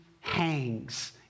hangs